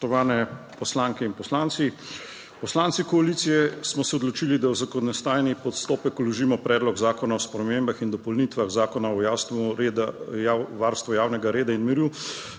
Spoštovane poslanke in poslanci! Poslanci koalicije smo se odločili, da v zakonodajni postopek vložimo Predlog zakona o spremembah in dopolnitvah Zakona o varstvu javnega reda in miru,